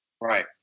Right